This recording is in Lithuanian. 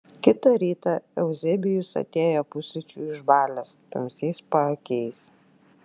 kitą rytą euzebijus atėjo pusryčių išbalęs tamsiais paakiais